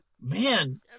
man